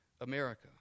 America